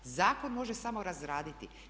Zakon može samo razraditi.